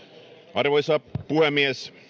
arvoisa puhemies